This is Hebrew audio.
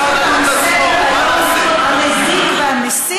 שום דבר הקואליציה לא הסירה מסדר-היום המזיק והמסית,